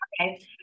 Okay